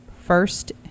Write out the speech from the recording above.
first